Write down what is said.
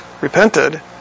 repented